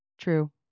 True